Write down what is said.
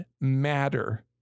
matter